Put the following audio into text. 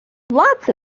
lots